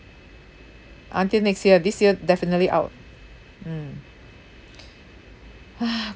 until next year this year definitely out mm